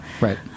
Right